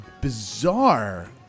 bizarre